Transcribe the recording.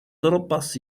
tropas